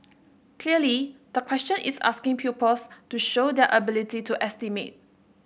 clearly the question is asking pupils to show their ability to estimate